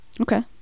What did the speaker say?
Okay